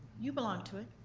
you belong to it.